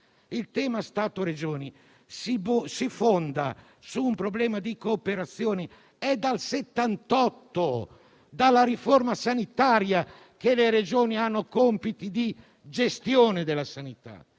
Il tema Stato-Regioni si fonda su un problema di cooperazione. È dal 1978, dalla riforma sanitaria, che le Regioni hanno compiti di gestione della sanità.